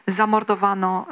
zamordowano